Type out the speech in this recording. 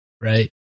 Right